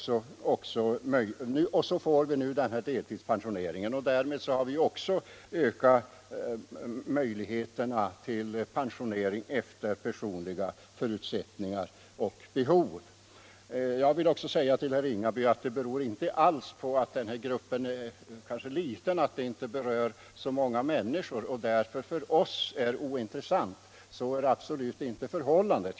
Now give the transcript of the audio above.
Så får vi nu deltidspensioneringen, och därmed har vi också ökat möjligheterna till pensionering efter personliga förutsättningar och behov. Att den här gruppen är liten, att det kanske inte är så många människor som berörs innebär inte att frågan för oss är ointressant. Så är absolut inte förhållandet.